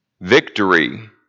Victory